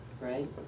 right